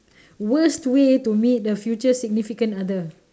worst way to meet the future significant other